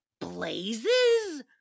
blazes